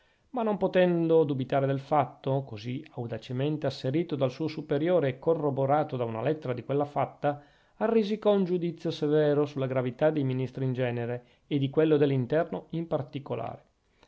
ma non potendo dubitare del fatto così audacemente asserito dal suo superiore e corroborato da una lettera di quella fatta arrisicò un giudizio severo sulla gravità dei ministri in genere e di quello dell'interno in particolare